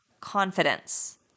confidence